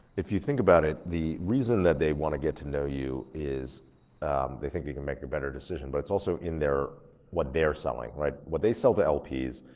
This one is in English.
if you think about it, the reason that they wanna get to know you is they think you can make a better decision. but it's also in what they're selling, right. what they sell to lps,